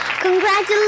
Congratulations